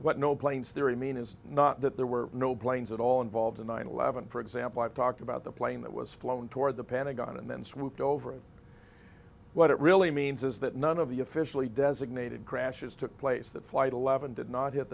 what no planes there i mean is not that there were no planes at all involved in nine eleven for example i've talked about the plane that was flown toward the pentagon and then switched over what it really means is that none of the officially designated crashes took place that flight eleven did not hit